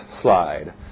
slide